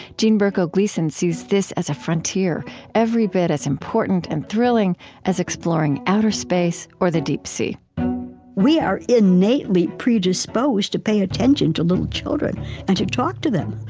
jean berko gleason sees this as a frontier every bit as important and thrilling as exploring outer space or the deep sea we are innately predisposed to pay attention to little children and to talk to them.